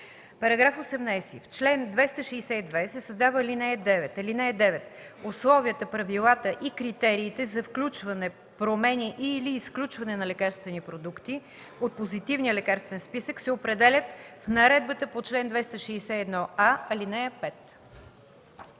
„§ 18. В чл. 262 се създава ал. 9: „(9) Условията, правилата и критериите за включване, промени и/или изключване на лекарствени продукти от Позитивния лекарствен списък се определят в наредбата по чл. 261а, ал. 5.“